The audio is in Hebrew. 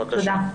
תודה.